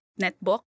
netbook